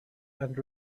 and